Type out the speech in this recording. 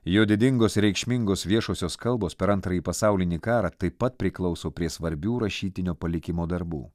jo didingos reikšmingos viešosios kalbos per antrąjį pasaulinį karą taip pat priklauso prie svarbių rašytinio palikimo darbų